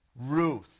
Ruth